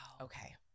Okay